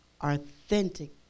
authentic